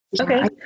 Okay